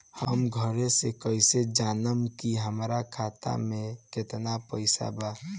हम घरे से कैसे जानम की हमरा खाता मे केतना पैसा बा?